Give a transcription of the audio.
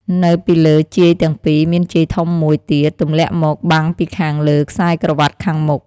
នៅពីលើជាយទាំងពីរ មានជាយធំមួយទៀតទម្លាក់មកបាំងពីខាងលើខ្សែក្រវ៉ាត់ខាងមុខ។